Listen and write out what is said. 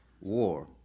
war